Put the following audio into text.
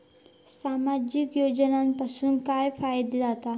सामाजिक योजनांपासून काय फायदो जाता?